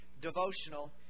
devotional